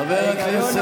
חבר הכנסת כהן, תודה.